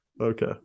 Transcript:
Okay